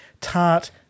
tart